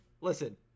listen